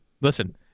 listen